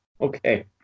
Okay